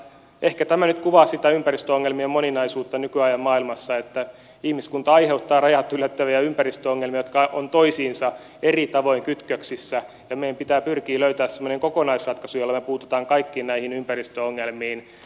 ehkä tämä nyt kuvaa sitä ympäristöongelmien moninaisuutta nykyajan maailmassa että ihmiskunta aiheuttaa rajat ylittäviä ympäristöongelmia jotka ovat toisiinsa eri tavoin kytköksissä ja meidän pitää pyrkiä löytämään semmoinen kokonaisratkaisu jolla me puutumme kaikkiin näihin ympäristöongelmiin